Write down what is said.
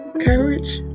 Courage